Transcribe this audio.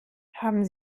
haben